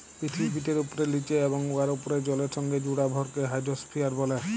পিথিবীপিঠের উপ্রে, লিচে এবং উয়ার উপ্রে জলের সংগে জুড়া ভরকে হাইড্রইস্ফিয়ার ব্যলে